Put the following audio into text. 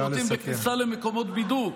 בשירותים ובכניסה למקומות בידוק)